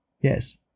Yes